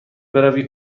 بروی